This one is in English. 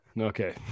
Okay